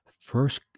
First